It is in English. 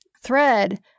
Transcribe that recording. thread